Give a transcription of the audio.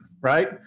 Right